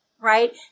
right